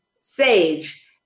Sage